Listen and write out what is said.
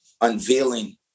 unveiling